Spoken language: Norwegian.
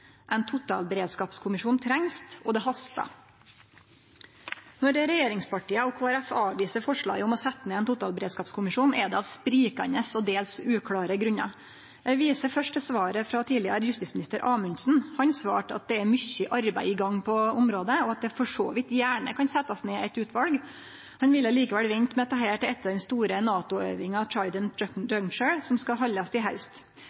ein totalberedskapskommisjon trengst, og det hastar. Når regjeringspartia og Kristeleg Folkeparti avviser forslaget om å setje ned ein totalberedskapskommisjon, er det av sprikande og dels uklåre grunnar. Eg viser først til svaret frå tidlegare justisminister Amundsen. Han svarte at det er mykje arbeid i gang på området, og at det for så vidt gjerne kan setjast ned eit utval. Han ville likevel vente med dette til etter den store NATO-øvinga Trident Juncture, som skal haldast i haust.